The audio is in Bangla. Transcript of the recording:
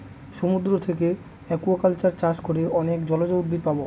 সমুদ্র থাকে একুয়াকালচার চাষ করে অনেক জলজ উদ্ভিদ পাবো